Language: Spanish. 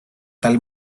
tal